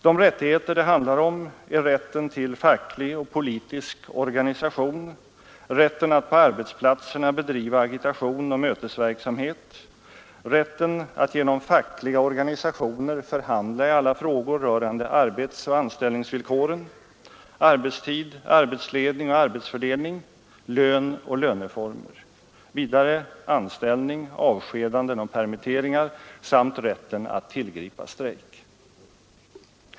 De rättigheter det handlar om är rätten till facklig och politisk organisation, rätten att på arbetsplatserna bedriva agitation och mötesverksamhet, rätten att genom fackliga organisationer förhandla i alla frågor rörande arbetsoch = anställningsvillkoren, arbetstid, arbetsledning, arbetsfördelning, lön och löneformer, anställning, avskedanden och permitteringar samt rätten att tillgripa strejk.